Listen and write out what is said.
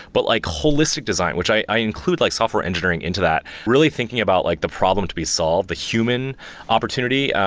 but like holistic design, which i include like software software engineering into that, really thinking about like the problem to be solved, the human opportunity,